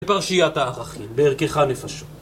בפרשיית הערכים, בערכיך נפשות